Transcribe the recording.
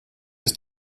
ist